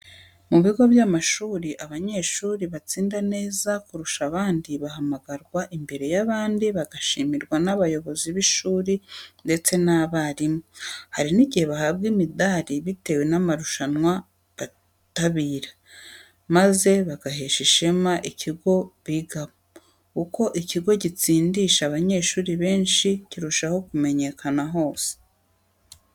Mu bigo by'amashuri abanyeshuri batsinda neza kurusha abandi bahamagarwa imbere y'abandi bagashimirwa n'abayobozi b'ishuri ndetse n'abarimu. Hari n'igihe bahabwa imidari bitewe n'amarushanwa bitabira, maze bagahesha ishema ikigo bigamo. Uko ikigo gitsindisha abanyeshuri benshi cyirushaho kumenyekana hose.